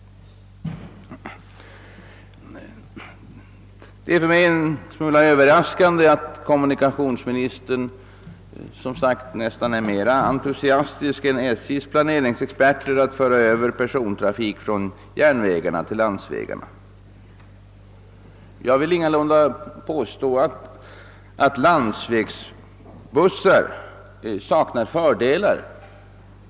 Det är för mig en smula överraskande att kommunikationsministern är nästan mer entusiastisk än SJ:s planeringsexperter när det gäller att föra över persontrafik från järnvägarna till landsvägarna. Jag vill ingalunda påstå att landsvägsbussar saknar fördelar.